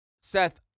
Seth